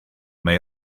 may